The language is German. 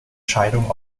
scheidung